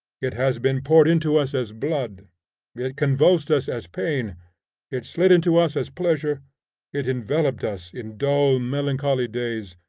it has been poured into us as blood it convulsed us as pain it slid into us as pleasure it enveloped us in dull, melancholy days,